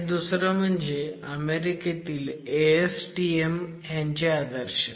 आणि दुसरं म्हणजे अमेरिकेतील ASTM आदर्श